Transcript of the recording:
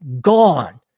gone